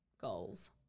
goals